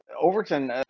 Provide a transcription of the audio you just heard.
Overton